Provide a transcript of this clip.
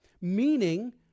Meaning